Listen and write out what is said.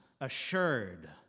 assured